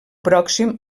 pròxim